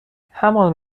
همان